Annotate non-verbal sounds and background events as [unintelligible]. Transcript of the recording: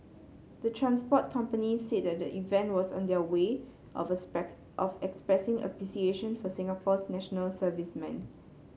the transport companies said the event was their way of [unintelligible] of expressing appreciation for Singapore's National Servicemen